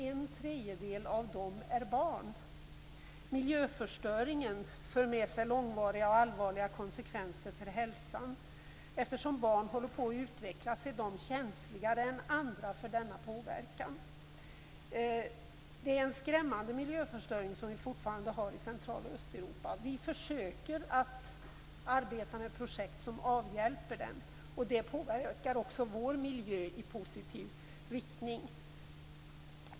En tredjedel av dem är barn. Miljöförstöringen för med sig långvariga och allvarliga konsekvenser för hälsan. Eftersom barn utvecklas är de känsligare än andra för denna påverkan. Det är en skrämmande miljöförstöring som fortfarande sker i Central och Östeuropa. Vi försöker att arbeta med projekt för att avhjälpa den. Det påverkar också vår miljö i positiv riktning.